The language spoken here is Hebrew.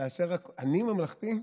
אני ממלכתי?